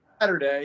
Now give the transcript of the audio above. Saturday